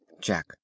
Jack